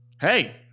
Hey